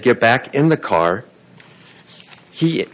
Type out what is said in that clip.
get back in the car he